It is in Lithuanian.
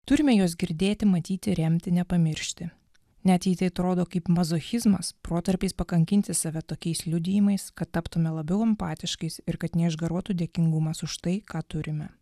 turime juos girdėti matyti remti nepamiršti net jei tai atrodo kaip mazochizmas protarpiais pakankinti save tokiais liudijimais kad taptumėme labiau empatiškais ir kad neišgaruotų dėkingumas už tai ką turime